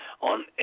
On